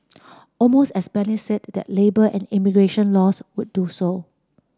almost as said that labour and immigration laws would do so